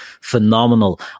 phenomenal